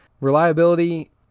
reliability